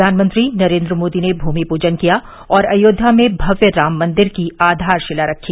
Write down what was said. प्रधानमंत्री नरेंद्र मोदी ने भूमि पूजन किया और अयोध्या में भव्य राम मंदिर की आधारशिला रखी